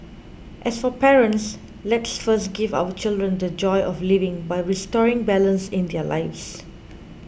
as for parents let's first give our children the joy of living by restoring balance in their lives